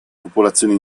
popolazioni